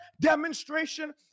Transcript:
demonstration